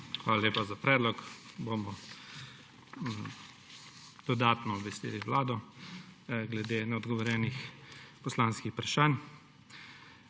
Hvala lepa za predlog. Bomo dodatno obvestili Vlado glede neodgovorjenih poslanskih vprašanj.